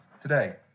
today